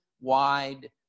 Wide